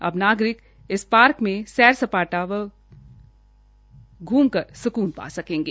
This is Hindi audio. अब नागरिक इस पार्क में सैर सपाटा व घूमकर सुकून पा सकेंगे